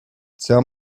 tell